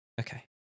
Okay